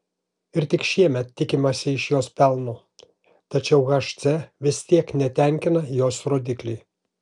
ir tik šiemet tikimasi iš jos pelno tačiau hc vis tiek netenkina jos rodikliai